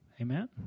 Amen